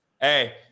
Hey